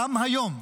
גם היום,